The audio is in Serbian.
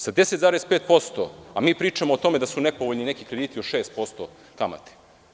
Sa 10,5%, a mi pričamo o tome da su nepovoljni neki krediti od 6% kamate.